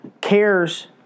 cares